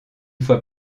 fois